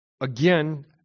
again